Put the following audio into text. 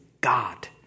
God